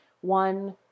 one